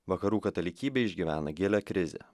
vakarų katalikybė išgyvena gilią krizę